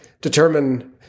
determine